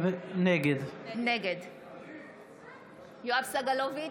נגד יואב סגלוביץ'